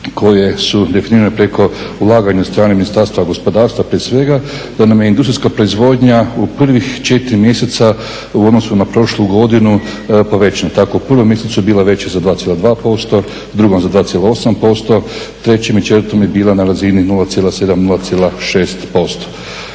koji su definirani preko ulaganja od strane Ministarstva gospodarstva prije svega, da nam je industrijska proizvodnja u prvih 4 mjeseca u odnosu na prošlu godinu povećana. Tako je u 1. mjesecu bila veća za 3,2%, 2. mjesecu za 2,8%, 3.i 4. mjesecu je bila na razini 0,7-0,6%.